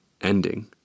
ending